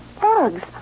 Bugs